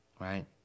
right